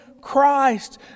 Christ